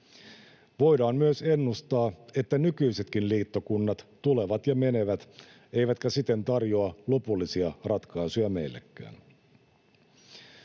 Voidaan myös ennustaa, että nykyisetkin liittokunnat tulevat ja menevät eivätkä siten tarjoa lopullisia ratkaisuja meillekään.